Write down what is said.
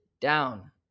down